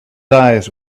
eyes